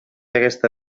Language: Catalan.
aquesta